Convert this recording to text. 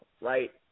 Right